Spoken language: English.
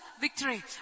victory